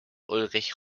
ulrich